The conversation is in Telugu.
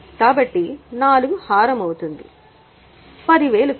కాబట్టి 4 హారం అవుతుంది 10000 ఖర్చు